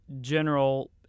general